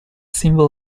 symbol